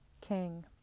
king